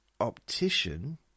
optician